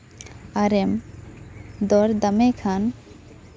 ᱟᱨᱮᱢ ᱫᱚᱨ ᱫᱟᱢᱮ ᱠᱷᱟᱱ